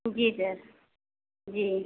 जी sir जी